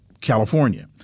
California